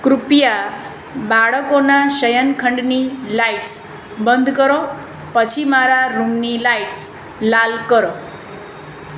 કૃપયા બાળકોના શયનખંડની લાઈટ્સ બંધ કરો પછી મારા રૂમની લાઈટ્સ લાલ કરો